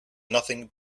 nothing